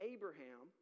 Abraham